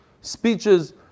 speeches